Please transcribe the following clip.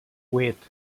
vuit